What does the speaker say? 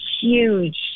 huge